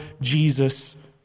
Jesus